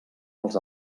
els